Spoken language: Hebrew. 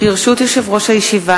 ברשות יושב-ראש הישיבה,